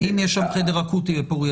אם יש חדר אקוטי בפוריה.